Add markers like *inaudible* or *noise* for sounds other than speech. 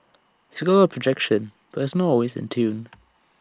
he's got A lot of projection but he's not always in tune *noise*